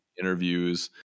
interviews